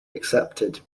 accepted